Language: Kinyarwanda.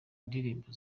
ndirimbo